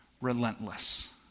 relentless